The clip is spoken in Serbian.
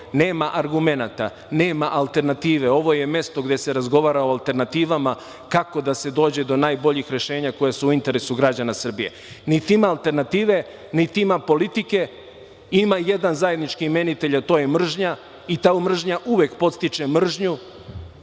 nema argumenata, nema alternative, ovo je mesto gde se razgovara o alternativa, kako da se dođe do najboljih rešenja koja su u interesu građana Srbije. Niti ima alternative, niti ima politike, ima jedana zajednički imenitelj a to je mržnja i ta mržnja uvek podstiče mržnju.